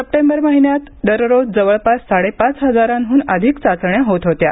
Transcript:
September महिन्यांत दररोज जवळपास साडेपाच हजारांहन अधिक चाचण्या होत होत्या